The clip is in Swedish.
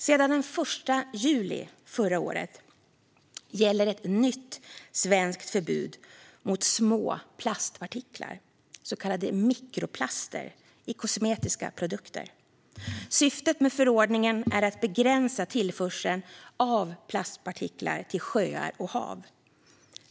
Sedan den 1 juli förra året gäller ett nytt svenskt förbud mot små plastpartiklar, så kallade mikroplaster, i kosmetiska produkter. Syftet med förordningen är att begränsa tillförseln av plastpartiklar till sjöar och hav.